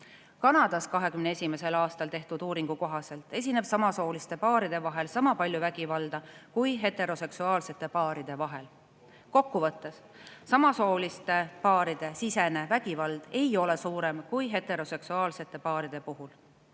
Kanadas 2021. aastal tehtud uuringu kohaselt esineb samasooliste paaride vahel sama palju vägivalda kui heteroseksuaalsete paaride vahel. Kokku võttes: samasooliste paaride seas ei ole vägivalda rohkem kui heteroseksuaalsete paaride puhul.